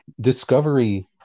Discovery